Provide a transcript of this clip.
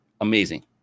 amazing